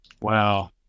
Wow